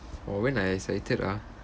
oh when I excited ah